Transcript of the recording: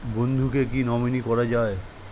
বন্ধুকে কী নমিনি করা যায়?